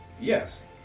yes